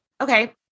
okay